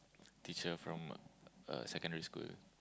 teacher from a secondary school